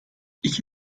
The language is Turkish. i̇ki